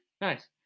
Nice